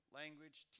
language